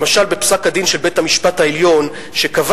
למשל בפסק-הדין של בית-המשפט העליון שקבע